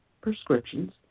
prescriptions